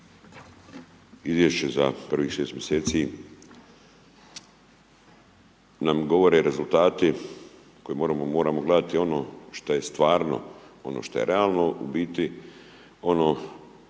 izvješće za prvih 6 mjeseci nam govore rezultati koji moramo gledati ono što je stvarno, ono što je realno, u biti ono